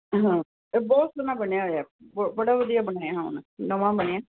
ਹਾਂ ਬਹੁਤ ਸੋਹਣਾ ਬਣਿਆ ਹੋਇਆ ਬੜਾ ਵਧੀਆ ਬਣਾਇਆ ਨਵਾਂ ਬਣਿਆ